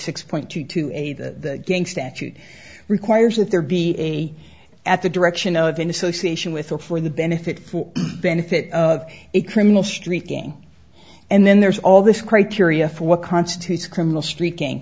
six point two two a the gang statute requires that there be at the direction of an association with a for the benefit benefit of a criminal street gang and then there's all this criteria for what constitutes criminal street gang